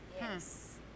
Yes